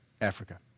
Africa